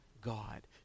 God